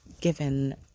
given